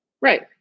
Right